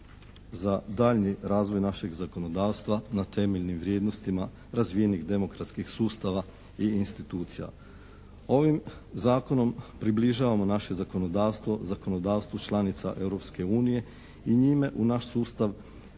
za daljnji razvoj našeg zakonodavstva na temeljnim vrijednostima razvijenih demokratskih sustava i institucija. Ovim zakonom približavamo naše zakonodavstvo, zakonodavstvo članica Europske unije i njime u naš sustav